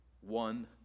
one